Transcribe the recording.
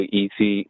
easy